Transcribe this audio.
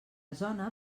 zona